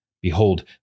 behold